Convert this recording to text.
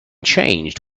changed